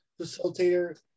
facilitator